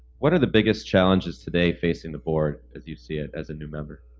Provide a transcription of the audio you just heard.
what are the biggest challenges today, facing the board, as you see it, as a new member?